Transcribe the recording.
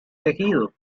tejido